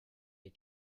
les